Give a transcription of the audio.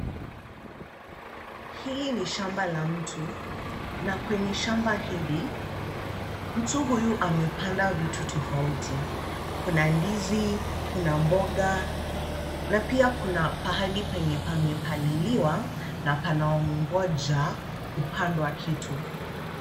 Hili ni shamba la mtu na kwenye shamba hili, mtu huyu amepanda vitu tofauti. Kuna ndizi, kuna mboga na pia kuna pahali penye pamepaliliwa na panaongoja kupandwa kitu.